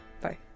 Bye